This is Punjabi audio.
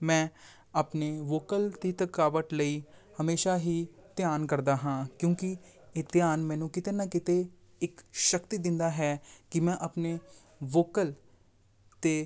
ਮੈਂ ਆਪਣੀ ਵੋਕਲ ਦੀ ਥਕਾਵਟ ਲਈ ਹਮੇਸ਼ਾ ਹੀ ਧਿਆਨ ਕਰਦਾ ਹਾਂ ਕਿਉਂਕਿ ਇਹ ਧਿਆਨ ਮੈਨੂੰ ਕਿਤੇ ਨਾ ਕਿਤੇ ਇੱਕ ਸ਼ਕਤੀ ਦਿੰਦਾ ਹੈ ਕਿ ਮੈਂ ਆਪਣੇ ਵੋਕਲ 'ਤੇ